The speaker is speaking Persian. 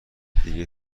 دیگه